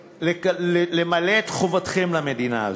ולמלא את חובתכם למדינה הזאת.